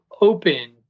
open